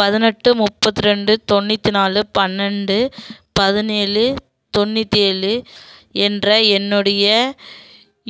பதினெட்டு முப்பத்திரெண்டு தொண்ணூத்தி நாலு பன்னெரெண்டு பதினேழு தொண்ணித்தேழு என்ற என்னுடைய